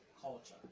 culture